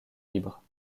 libre